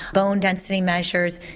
bone density measures,